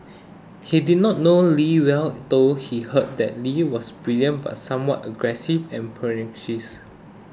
he did not know Lee well though he heard that Lee was brilliant but somewhat aggressive and pugnacious